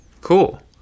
Cool